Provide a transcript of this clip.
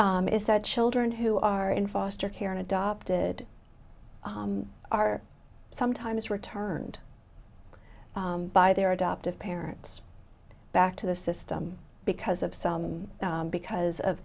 is that children who are in foster care in adopted are sometimes returned by their adoptive parents back to the system because of some because of